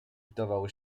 wdawał